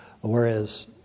whereas